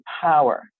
power